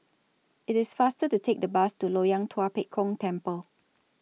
IT IS faster to Take The Bus to Loyang Tua Pek Kong Temple